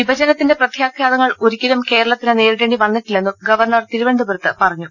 വിഭജനത്തിന്റെ പ്രത്യാഘാതങ്ങൾ ഒരി ക്കലും കേരളത്തിന് നേരിടേണ്ടി വന്നിട്ടില്ലെന്നും ഗവർണർ തിരു വനന്തപുരത്ത് പറഞ്ഞു